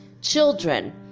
children